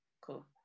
Cool